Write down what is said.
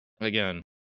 again